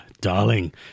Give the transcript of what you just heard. darling